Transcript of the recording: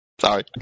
Sorry